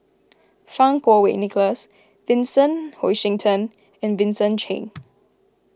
Fang Kuo Wei Nicholas Vincent Hoisington and Vincent Cheng